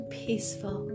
peaceful